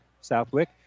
Southwick